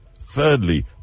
Thirdly